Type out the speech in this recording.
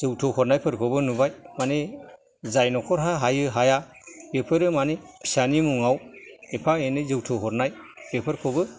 जौथुक हरनायफोरखौबो नुबाय माने जाय नखरहा हायो हाया बेफोरो माने फिसानि मुङाव एफा एनै जौथुक हरनाय बेफोरखौबो